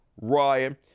Ryan